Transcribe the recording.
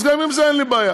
אז גם עם זה אין לי בעיה.